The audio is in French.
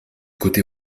côté